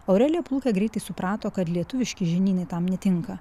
aurelija plaukė greitai suprato kad lietuviški žinynai tam netinka